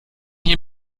hier